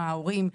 ההורים,